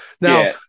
now